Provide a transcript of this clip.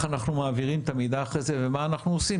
אנחנו מעבירים את המידע אחרי זה ומה אנחנו עושים.